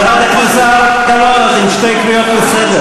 חברת הכנסת זהבה גלאון, את עם שתי קריאות לסדר.